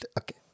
Okay